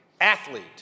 athlete